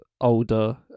older